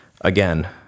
again